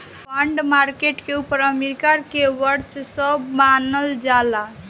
bond market के ऊपर America के वर्चस्व मानल जाला